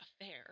affair